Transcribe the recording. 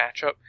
matchup